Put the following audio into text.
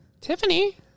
Tiffany